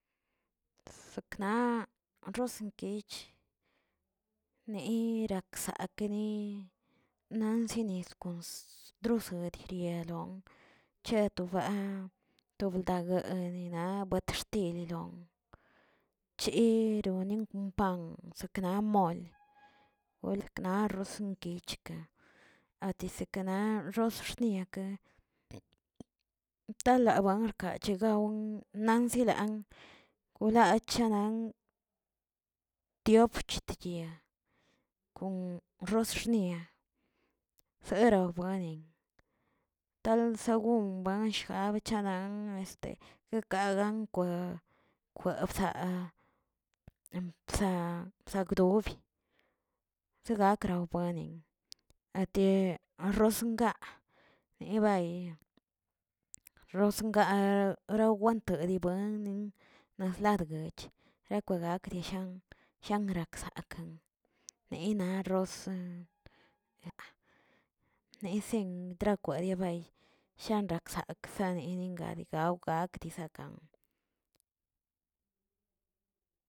Saknaꞌ rosenkeych, neraksakeneꞌ narsenen kos drosodi yelon chetoba tobdangueneꞌ naꞌ buet xtililon, chironi kon pan kna mol welkna rosenkich atisekenaꞌ rosxniake talaban xkachegao nazilan wlachanan tiop chitgui rosxnia seron buani tal según buansh gabichanang este kakagan kwe- kwebzaa emza zabdogui zagkra bonin ati rosnaggaa nibayi rros nagaa rawenteribuannin naꞌ flad guech rakwe gak dillan rangllanksakꞌ, nenaa rrosə nesen drakweribay shangrakzakꞌ danenin gadigawgaa gdizakan.